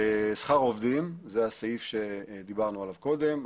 שכר עובדים, זה הסעיף שדיברנו עליו קודם.